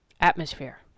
Atmosphere